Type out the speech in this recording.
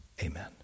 Amen